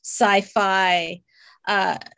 sci-fi